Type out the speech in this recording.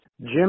Jim